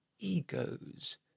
Egos